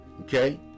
Okay